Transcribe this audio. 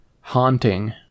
Haunting